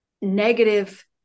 negative